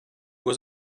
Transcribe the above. was